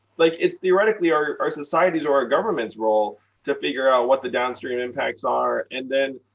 like, it's theoretically our our society's or our government's role to figure out what the downstream impacts are and then,